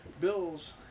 bills